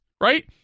right